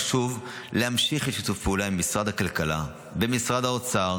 חשוב להמשיך את שיתוף הפעולה עם משרד הכלכלה ומשרד האוצר